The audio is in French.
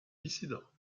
dissidents